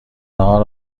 ناهار